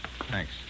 Thanks